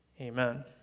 Amen